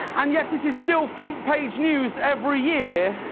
and yet this is still front page news every year.